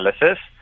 Analysis